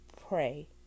pray